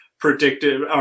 predictive